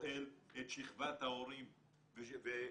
שואל את שכבת ההורים - אגב,